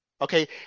okay